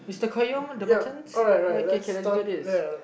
Mister Qayyum the buttons okay K let's do this